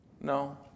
No